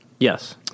Yes